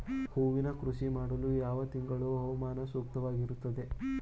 ಹೂವಿನ ಕೃಷಿ ಮಾಡಲು ಯಾವ ತಿಂಗಳಿನ ಹವಾಮಾನವು ಸೂಕ್ತವಾಗಿರುತ್ತದೆ?